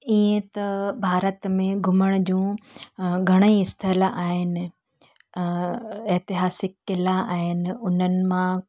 ईअं त भारत में घुमण जूं घणेई स्थल आहिनि एतिहासिक किला आहिनि हुननि मां